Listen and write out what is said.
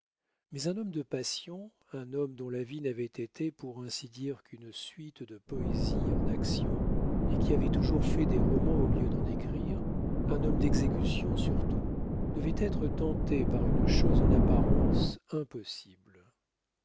mais un homme de passion un homme dont la vie n'avait été pour ainsi dire qu'une suite de poésies en action et qui avait toujours fait des romans au lieu d'en écrire un homme d'exécution surtout devait être tenté par une chose en apparence impossible